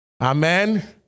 Amen